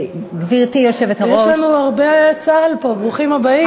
יש לנו הרבה צה"ל פה ברוכים הבאים,